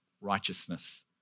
righteousness